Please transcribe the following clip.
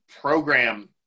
program